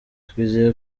twizeye